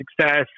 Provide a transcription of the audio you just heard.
success